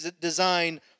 design